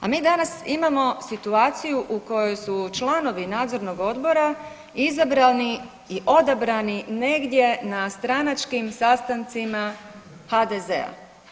A mi danas imamo situaciju u kojoj su članovi nadzornog odbora izabrani i odabrani negdje na stranačkim sastancima HDZ-a.